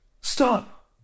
Stop